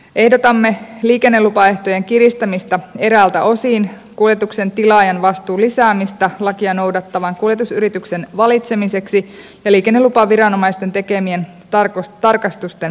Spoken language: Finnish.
ehdotamme liikennelupaehtojen kiristämistä eräiltä osin kuljetuksen tilaajan vastuun lisäämistä lakia noudattavan kuljetusyrityksen valitsemiseksi ja liikennelupaviranomaisten tekemien tarkastusten lisäämistä